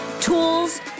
tools